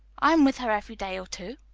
i am with her every day or two.